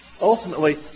Ultimately